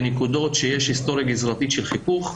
בנקודות שיש היסטוריה גזרתית של חיכוך,